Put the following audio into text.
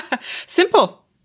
Simple